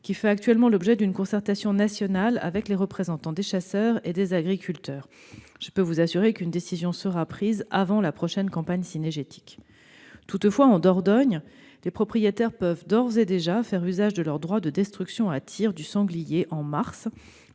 qui fait actuellement l'objet d'une concertation nationale avec les représentants des chasseurs et des agriculteurs. Une décision sera prise avant la prochaine campagne cynégétique. Toutefois, en Dordogne, les propriétaires peuvent d'ores et déjà faire usage de leur droit de destruction à tir du sanglier en mars,